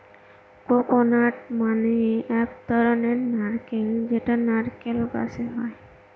coconut মানে এক ধরনের নারকেল যেটা নারকেল গাছে হয়